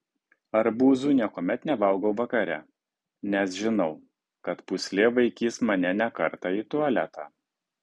arbūzų niekuomet nevalgau vakare nes žinau kad pūslė vaikys mane ne kartą į tualetą